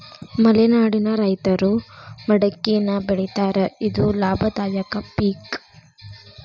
ಮಲೆನಾಡಿನ ರೈತರು ಮಡಕಿನಾ ಬೆಳಿತಾರ ಇದು ಲಾಭದಾಯಕ ಪಿಕ್